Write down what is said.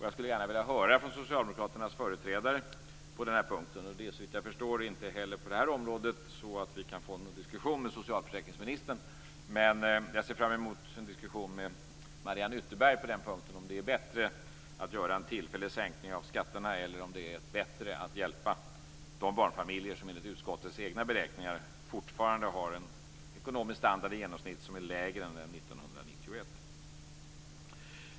Jag skulle gärna vilja höra från socialdemokraternas företrädare - inte heller på detta område kan vi diskutera med socialförsäkringsministern - Mariann Ytterberg om det är bättre att genomföra en tillfällig sänkning av skatterna eller om de är bättre att hjälpa de barnfamiljer som enligt utskottets egna beräkningar fortfarande har en ekonomisk standard som i genomsnitt är lägre än den var 1991.